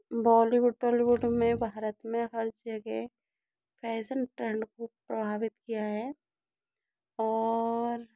बॉलीवुड बॉलीवुड में भारत में हर जगह फैसन ट्रेंड को प्रभावित किया है और